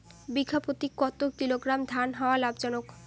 বিঘা প্রতি কতো কিলোগ্রাম ধান হওয়া লাভজনক?